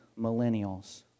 millennials